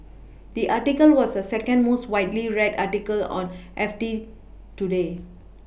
the article was a second most widely read article on F T today